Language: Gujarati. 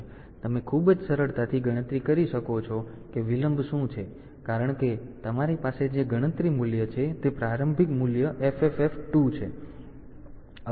તેથી તમે ખૂબ જ સરળતાથી ગણતરી કરી શકો છો કે વિલંબ શું છે કારણ કે તમારી પાસે જે ગણતરી મૂલ્ય છે તે પ્રારંભિક મૂલ્ય FFF2 છે